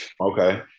Okay